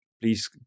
please